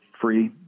free